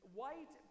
white